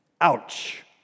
Ouch